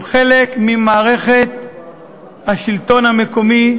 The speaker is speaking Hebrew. הוא חלק ממערכת השלטון המקומי,